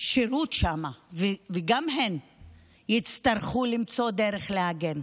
שם שירות, וגם הן יצטרכו למצוא דרך להגן.